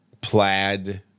plaid